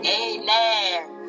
Amen